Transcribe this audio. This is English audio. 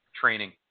training